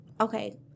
okay